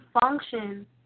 function